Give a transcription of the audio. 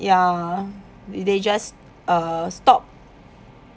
ya they just uh stop